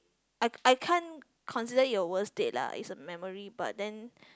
I I can't consider it a worst date lah it's a memory but then